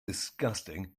disgusting